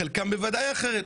חלקם ודאי אחרת.